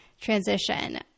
transition